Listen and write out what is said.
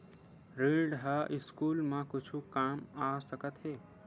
ऋण ह स्कूल मा कुछु काम आ सकत हे?